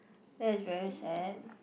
that is very sad